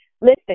Listen